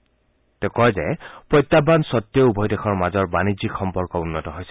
তেওঁ কয় যে প্ৰত্যাহান স্বতেও উভয় দেশৰ মাজৰ বাণিজ্যিক সম্পৰ্ক উন্নত হৈছে